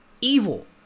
evil